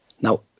Now